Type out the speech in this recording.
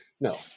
no